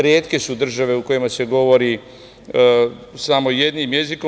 Retke su države u kojima se govori samo jednim jezikom.